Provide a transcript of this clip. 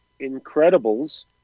Incredibles